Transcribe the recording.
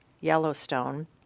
Yellowstone